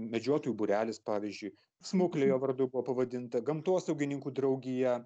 medžiotojų būrelis pavyzdžiui smuklė jo vardu buvo pavadinta gamtosaugininkų draugija